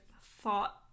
thought